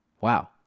wow